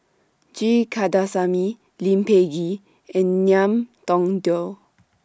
G Kandasamy Lee Peh Gee and Ngiam Tong Dow